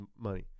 money